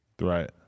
Right